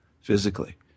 physically